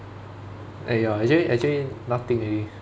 eh ya actually actually nothing already